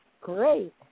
Great